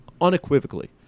unequivocally